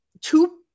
two